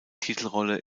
titelrolle